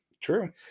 True